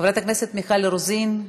חברת הכנסת מיכל רוזין,